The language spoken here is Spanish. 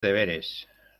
deberes